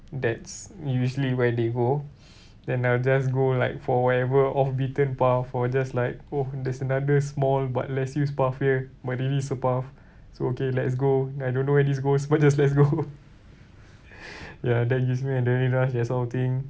that's usually where they go then I'll just go like for wherever off beaten path or just like oh there's another small but less used path here but there is a path so okay let's go I don't know where this goes but just let's go ya that gives me adrenaline rush that sort of thing